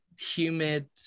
humid